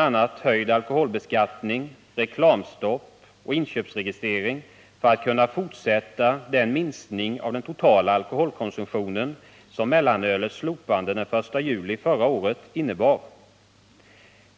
a, höjd alkoholbeskattning, reklamstopp och inköpsregistrering för att det skall bli möjligt att fortsätta den minskning av den totala alkoholkonsumtionen som mellanölets slopande den I juli förra året innebar.